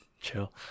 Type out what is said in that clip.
chill